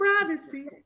privacy